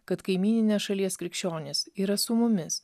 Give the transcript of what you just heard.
kad kaimyninės šalies krikščionys yra su mumis